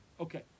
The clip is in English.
Okay